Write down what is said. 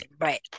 Right